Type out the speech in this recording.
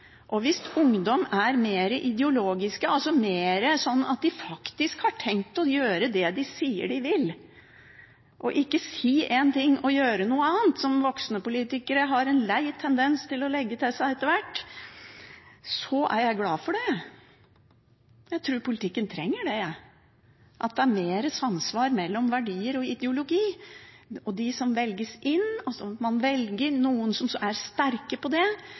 og hvis ungdom er mer ideologiske, altså mer sånn at de faktisk har tenkt å gjøre det de sier de vil, og ikke si én ting og gjøre noe annet, som voksne politikere har en lei tendens til å legge seg til etter hvert, så er jeg glad for det. Jeg tror politikken trenger at det er mer samsvar mellom verdier og ideologi og de som velges inn, og at man velger noen som er sterke på det,